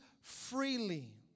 freely